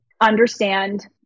understand